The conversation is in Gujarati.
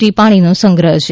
ટી પાણીનો સંગ્રહ છે